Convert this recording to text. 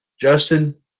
Justin